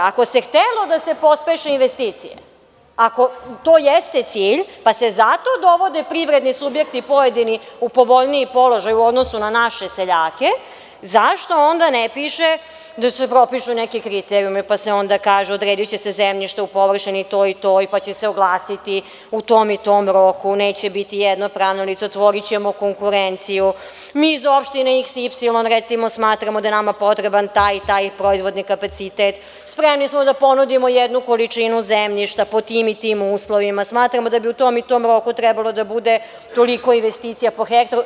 Ako se htelo da se pospeše investicije, ako to jeste cilj, pa se zato dovode privredni subjekti pojedini u povoljniji položaj u odnosu na naše seljake, zašto onda ne piše da se propišu neki kriterijumi, pa se onda kaže odrediće se zemljište u površini toj i toj, pa će se oglasiti u tom i tom roku, neće biti jedno pravno lice, otvorićemo konkurenciju, mi iz opštine, iks, ipsilon, recimo, smatramo da je nama potreban taj i taj proizvodni kapacitet, spremni smo da ponudimo jednu količinu zemljišta pod tim i tim uslovima, smatramo da bi u tom i tom roku trebalo da bude toliko investicija po hektaru.